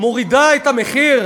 שמוריד את המחיר?